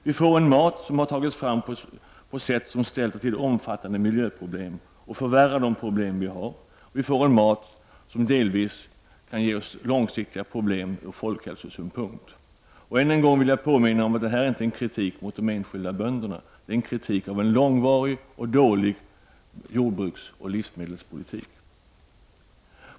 Vi får en mat som tagits fram på sätt som ställer till omfattande miljöproblem och som förvärrar de problem vi har. Vi får en mat som kan ge oss långsiktiga problem ur folkhälsosynpunkt. Än en gång vill jag påminna om att detta inte är en kritik mot de enskilda bönderna. Det är en kritik av en långvarig och dålig jordbruksoch livsmedelspolitik.